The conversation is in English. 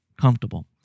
comfortable